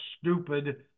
stupid